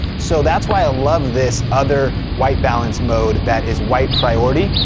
so that's why i love this other white balance mode that is white priority.